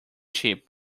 ship